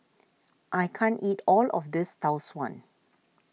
I can't eat all of this Tau Suan